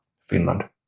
Finland